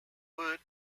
word